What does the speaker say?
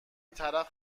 طرف